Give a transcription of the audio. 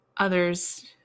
Others